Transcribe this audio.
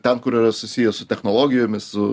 ten kur yra susiję su technologijomis